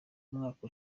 umwaka